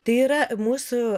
tai yra mūsų